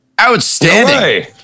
Outstanding